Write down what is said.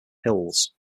hills